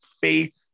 faith